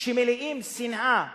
שמלאים שנאה וגזענות,